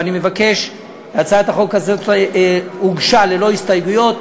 ואני מבקש, הצעת החוק הזאת הוגשה ללא הסתייגויות.